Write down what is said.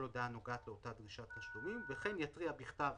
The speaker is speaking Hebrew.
הודעה הנוגעת לאותה דרישת תשלומים וכן יתריע בכתב